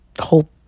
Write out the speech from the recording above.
hope